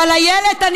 אבל איילת,